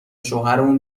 شوهرمون